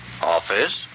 Office